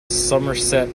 somerset